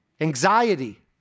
anxiety